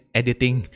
editing